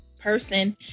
person